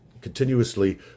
continuously